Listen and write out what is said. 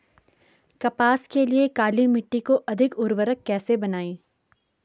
कपास के लिए काली मिट्टी को अधिक उर्वरक कैसे बनायें?